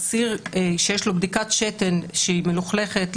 אסיר שיש לו בדיקת שתן מלוכלכת,